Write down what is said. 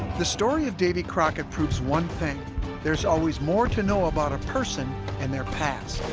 the story of davy crockett proves one thing there's always more to know about a person and their past